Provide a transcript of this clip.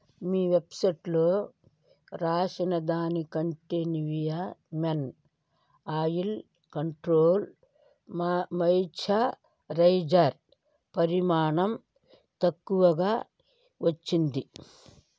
మీ వెబ్సెట్లో రాసిన దానికంటే నివియా మెన్ ఆయిల్ కంట్రోల్ మా మాయిశ్చరైజర్ పరిమాణం తక్కువగా వచ్చింది